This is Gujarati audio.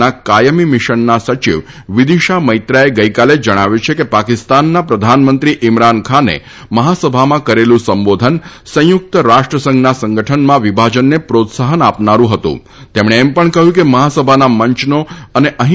આપ્યું હોય તેવા લોકોના નિવેદનની જરૂર નથી મિશનના સચિવ વિદિશા મૈત્રાએગઇકાલે જણાવ્યું છે કે પાકિસ્તાનના પ્રધાનમંત્રી ઇમરાન ખાને મહાસભામાં કરેલું સંબોધન સંયુક્ત રાષ્ટ્રના સંગઠનમાં વિભાજનને પ્રોત્સાહન આપનારૂં હતુંતેમણે એમ પણ કહ્યું કે મહાસભાના મંચનો અને અહીં